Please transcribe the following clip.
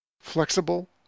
Flexible